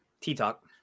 T-Talk